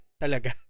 Talaga